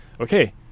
okay